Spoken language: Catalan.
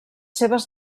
seves